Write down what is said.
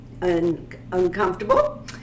uncomfortable